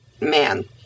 man